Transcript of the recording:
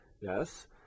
yes